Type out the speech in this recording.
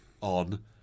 on